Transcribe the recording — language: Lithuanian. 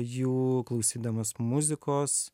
jų klausydamas muzikos